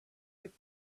with